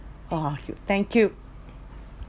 !wah! thank you